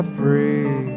free